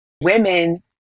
women